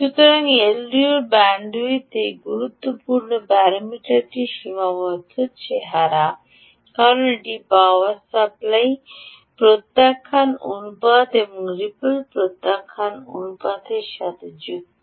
সুতরাং এলডিওর ব্যান্ডউইথ এই গুরুত্বপূর্ণ প্যারামিটারটির সীমাবদ্ধ চেহারা কারণ এটি পাওয়ার সাপ্লাই প্রত্যাখ্যান অনুপাত বা রিপল প্রত্যাখ্যান অনুপাতের সাথেও যুক্ত